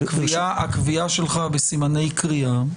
הקביעה שלך בסימני קריאה,